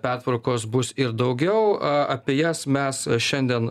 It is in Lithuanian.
pertvarkos bus ir daugiau apie jas mes šiandien